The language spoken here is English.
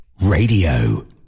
radio